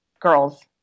girls